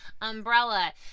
umbrella